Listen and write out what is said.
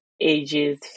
ages